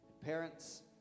Parents